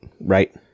Right